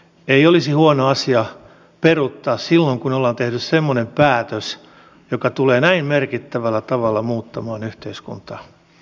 ei olisi huono asia peruuttaa silloin kun ollaan tehty semmoinen päätös joka tulee näin merkittävällä tavalla muuttaman yhteiskuntaa